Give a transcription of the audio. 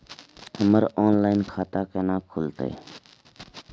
हमर ऑनलाइन खाता केना खुलते?